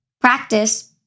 practice